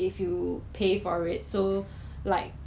very weird for them to use this method eh